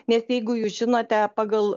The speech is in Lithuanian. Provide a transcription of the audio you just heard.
nes jeigu jūs žinote pagal